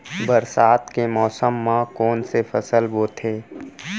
बरसात के मौसम मा कोन से फसल बोथे?